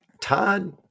Todd